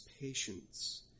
patience